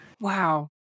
Wow